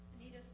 Anita